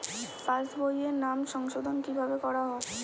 পাশ বইয়ে নাম সংশোধন কিভাবে করা হয়?